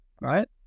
right